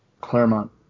Claremont